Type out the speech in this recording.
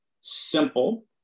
simple